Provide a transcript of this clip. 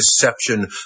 deception